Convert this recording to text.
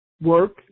work